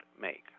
make